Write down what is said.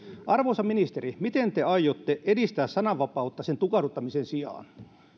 arvoisa ministeri miten te aiotte edistää sananvapautta sen tukahduttamisen sijaan